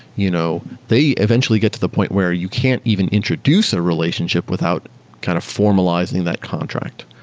you know they eventually get to the point where you can't even introduce a relationship without kind of formalizing that contract.